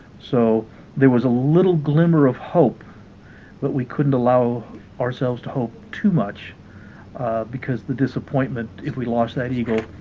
so there was a little glimmer of hope but we couldn't allow ourselves to hope too much because the disappointment if we lost that eagle